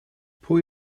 pwy